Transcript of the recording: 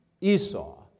Esau